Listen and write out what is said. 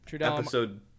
episode